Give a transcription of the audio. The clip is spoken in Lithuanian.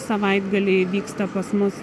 savaitgaliai vyksta pas mus